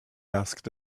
asked